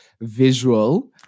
visual